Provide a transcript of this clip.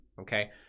okay